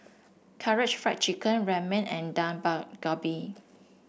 Karaage Fried Chicken Ramen and Dak Galbi